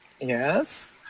yes